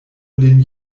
lin